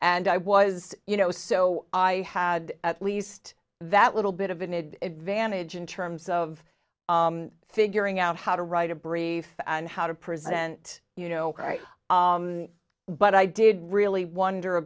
and i was you know so i had at least that little bit of an id advantage in terms of figuring out how to write a brief and how to present you know but i didn't really wonder a